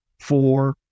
four